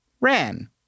ran